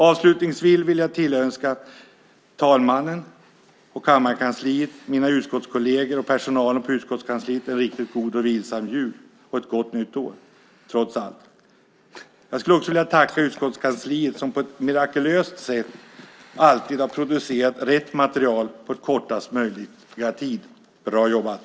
Avslutningsvis vill jag tillönska talmannen, kammarkansliet, mina utskottskolleger och personalen på utskottskansliet en riktigt god och vilsam jul och ett gott nytt år, trots allt. Jag vill också tacka utskottskansliet som på ett mirakulöst sätt alltid har producerat rätt material på kortast möjliga tid. Bra jobbat!